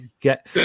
get